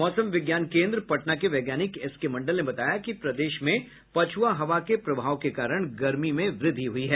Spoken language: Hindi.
मौसम विज्ञान केन्द्र पटना के वैज्ञानिक एसके मंडल ने बताया कि प्रदेश में पछुआ हवा के प्रभाव के कारण गर्मी में वृद्धि हुई है